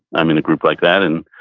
i'm in a group like that, and